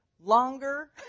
Longer